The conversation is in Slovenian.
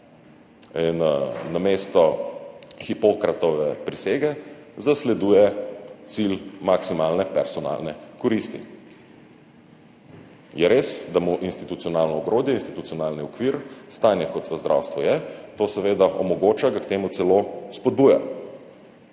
in namesto Hipokratove prisege zasleduje cilj maksimalne personalne koristi. Je res, da mu institucionalno ogrodje, institucionalni okvir, stanje, kot v zdravstvu je, to seveda omogoča, ga k temu celo spodbuja.